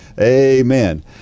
Amen